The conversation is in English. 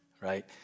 right